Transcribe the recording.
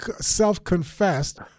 self-confessed